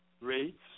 rates